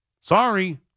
Sorry